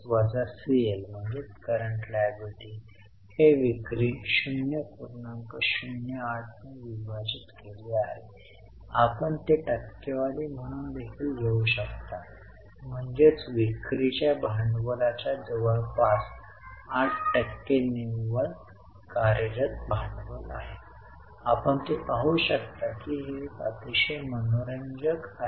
आगामी सत्रांमध्ये आपण कॉर्पोरेट गव्हर्नन्स सारख्या काही वैचारिक आणि सैद्धांतिक बाबींविषयी चर्चा करूया जसे लेखाचा नैतिक भाग किंवा लेखाचा विकास कसा झाला नोंदी कशा नोंदल्या जातात